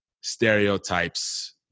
stereotypes